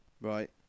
Right